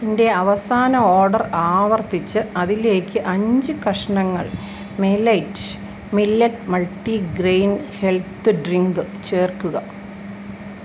എന്റെ അവസാന ഓർഡർ ആവർത്തിച്ച് അതിലേക്ക് അഞ്ച് കഷണങ്ങൾ Melite millet multigrain health drink ചേർക്കുക